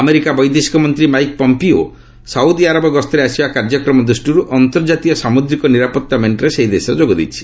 America ବୈଦେଶିକ ମନ୍ତ୍ରୀ Mike Pompeo Saudi Arab ଗସ୍ତରେ ଆସିବା କାର୍ଯ୍ୟକ୍ରମ ଦୂଷ୍ଟିରୁ ଅନ୍ତର୍ଜାତୀୟ ସାମୁଦ୍ରିକ ନିରାପତ୍ତା ମେଣ୍ଟରେ ସେହି ଦେଶ ଯୋଗ ଦେଇଛି